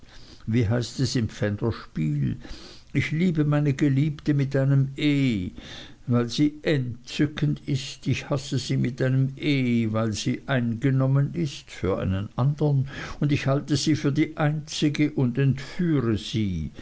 wie heißt es im pfänderspiel ich liebe meine geliebte mit einem e weil sie e ntzückend ist ich hasse sie mit einem e weil sie e ingenommen ist für einen andern ich halte sie für die e inzige und e ntführe sie